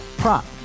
Prop